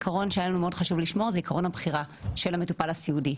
עקרון שהיה לנו חשוב מאוד לשמור זה עקרון הבחירה של המטופל הסיעודי,